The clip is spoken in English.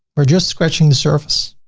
are just scratching the surface,